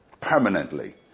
permanently